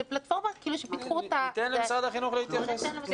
זה פלטפורמה שפיתחו אותה --- ניתן למשרד החינוך להתייחס.